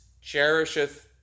cherisheth